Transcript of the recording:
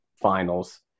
Finals